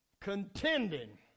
Contending